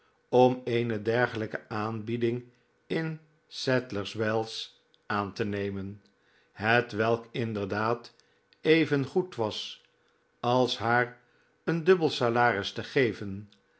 om eeno dergelijke aanbieding in sadlers wells aan te nemen hetwelk inderdaad even goed was als haar een dubbel salaris te geven